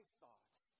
thoughts